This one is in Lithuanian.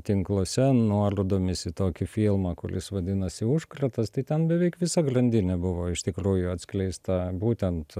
tinkluose nuorodomis į tokį filmą kuris vadinasi užkratas tai ten beveik visa grandinė buvo iš tikrųjų atskleista būtent